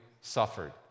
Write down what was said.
suffered